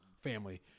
family